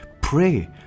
pray